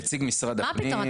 מה פתאום.